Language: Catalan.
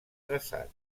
traçat